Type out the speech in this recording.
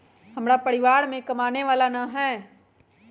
हमरा परिवार में कमाने वाला ना है?